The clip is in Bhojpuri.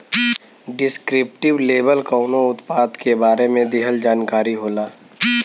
डिस्क्रिप्टिव लेबल कउनो उत्पाद के बारे में दिहल जानकारी होला